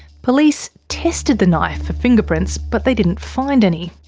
police tested the knife for fingerprints. but they didn't find any.